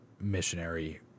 missionary